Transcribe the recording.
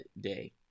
day